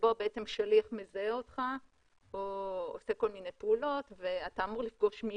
שבו שליח מזהה אותך או עושה כל מיני פעולות ואתה אמור לפגוש מישהו,